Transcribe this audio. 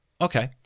Okay